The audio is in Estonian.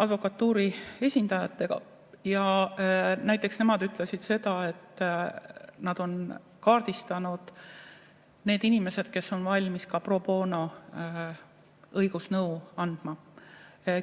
advokatuuri esindajatega. Näiteks nemad ütlesid, et nad on kaardistanud need inimesed, kes on valmis kapro bonoõigusnõu andma.